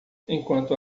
enquanto